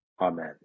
Amen